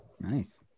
Nice